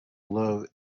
love